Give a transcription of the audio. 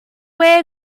wear